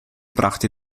brachte